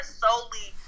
solely